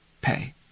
pay